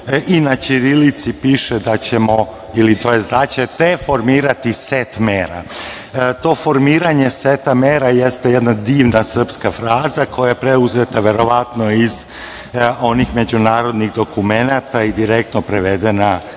i ćirilici piše da ćemo, da ćete formirati set mera. To formiranje seta mera jeste jedna divna srpska fraza koja je preuzeta verovatno iz onih međunarodnih dokumenata i direktno prevedena, tj.